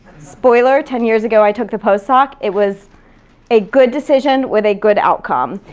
spoiler, ten years ago i took the postdoc. it was a good decision with a good outcome.